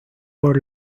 por